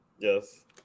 Yes